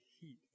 heat